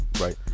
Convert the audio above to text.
Right